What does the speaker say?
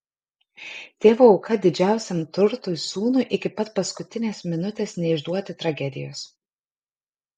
tėvo auka didžiausiam turtui sūnui iki pat paskutinės minutės neišduoti tragedijos